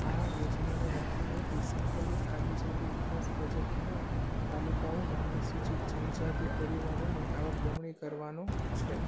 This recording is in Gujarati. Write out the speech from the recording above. આ યોજનાનો મુખ્ય હેતુ સંકલિત આદિજાતિ વિકાસ પ્રોજેક્ટના તાલુકાઓમાં અનુસૂચિત જનજાતિ પરિવારોની આવક બમણી કરવાનું છે